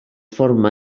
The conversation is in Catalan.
forma